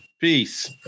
Peace